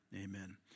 Amen